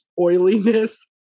oiliness